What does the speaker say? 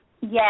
Yes